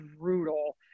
brutal